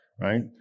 right